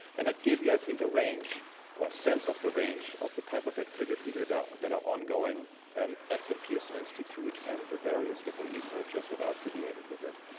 and it gave you i think a range or a sense of the range of the type of activity that that are ongoing um at the pearson institute and the various different researchers that are affiliated with it.